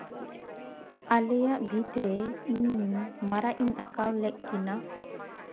ᱟᱞᱮᱭᱟᱜ ᱵᱷᱤᱛ ᱨᱮ ᱤᱧ ᱢᱟᱨᱟᱜ ᱤᱧ ᱟᱸᱠᱟᱣ ᱞᱮᱫ ᱠᱤᱱᱟᱹ